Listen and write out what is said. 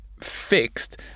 fixed